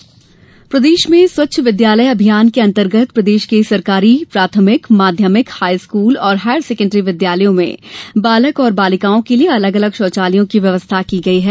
विद्यालय शौचालय प्रदेश में स्वच्छ विद्यालय अभियान के अंतर्गत प्रदेश में सरकारी प्राथमिक माध्यमिक हाई स्कूल और हायर सेकण्डरी विद्यालयों में बालक और बालिकाओं के लिये अलग अलग शौचालयों की व्यवस्था की गई है